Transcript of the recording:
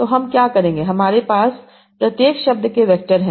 तो हम क्या करेंगे हमारे पास प्रत्येक शब्द के वैक्टर हैं